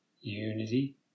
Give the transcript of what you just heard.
unity